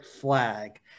flag